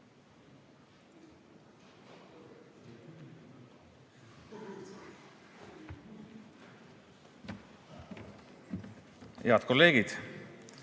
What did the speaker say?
Head kolleegid!